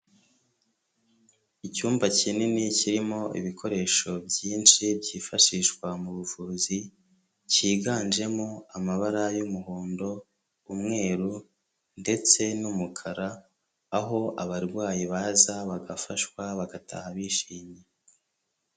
Icyumba kinini kirimo ibikoresho byinshi byifashishwa mu buvuzi, cyiganjemo amabara y'umuhondo, umweru ndetse n'umukara, aho abarwayi baza bagafashwa bagataha bishimye.